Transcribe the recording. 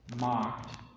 mocked